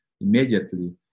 immediately